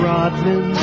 Rodman